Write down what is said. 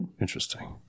Interesting